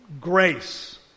grace